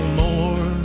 more